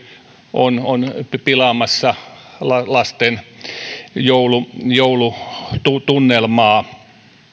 on on pilaamassa lasten joulutunnelmaa